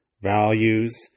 values